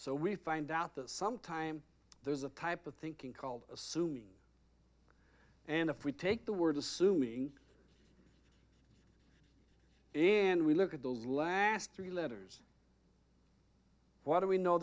so we find out that some time there's a type of thinking called assuming and if we take the word assuming and we look at those last three letters what do we know